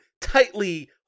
tightly